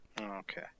Okay